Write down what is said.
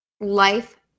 life